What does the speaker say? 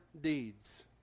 deeds